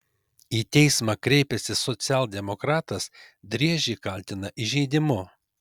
į teismą kreipęsis socialdemokratas driežį kaltina įžeidimu